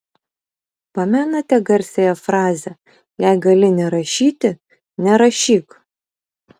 pamenate garsiąją frazę jei gali nerašyti nerašyk